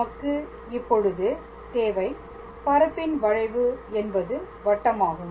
நமக்கு இப்பொழுது தேவை பரப்பின் வளைவு என்பது வட்டமாகும்